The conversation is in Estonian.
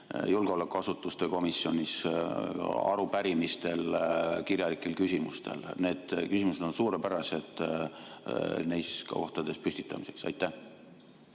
julgeolekuasutuste komisjonis, arupärimistel ja kirjalikel küsimustel. Need küsimused on suurepärased neis kohtades püstitamiseks. Aitäh!